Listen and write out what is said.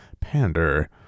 Pander